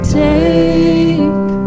take